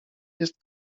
jest